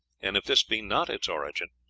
and if this be not its origin,